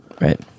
Right